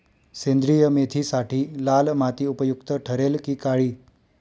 सेंद्रिय मेथीसाठी लाल माती उपयुक्त ठरेल कि काळी?